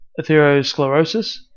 atherosclerosis